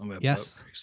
yes